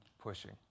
pushing